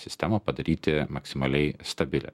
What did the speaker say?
sistemą padaryti maksimaliai stabilią